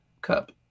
cup